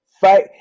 fight